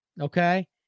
Okay